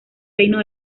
reino